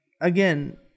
again